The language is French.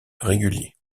régulier